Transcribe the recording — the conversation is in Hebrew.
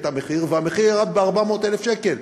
והמחיר ירד ב-400,000 שקל.